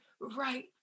right